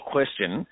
Question